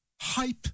Hype